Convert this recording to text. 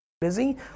busy